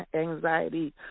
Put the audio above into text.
anxiety